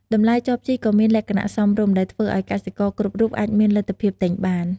តម្លៃចបជីកក៏មានលក្ខណៈសមរម្យ ដែលធ្វើឱ្យកសិករគ្រប់រូបអាចមានលទ្ធភាពទិញបាន។